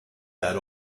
that